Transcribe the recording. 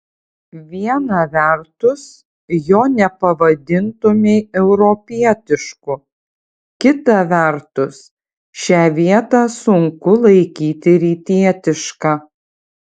viena vertus jo nepavadintumei europietišku kita vertus šią vietą sunku laikyti rytietiška